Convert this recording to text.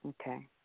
Okay